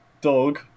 dog